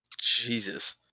Jesus